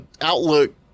outlook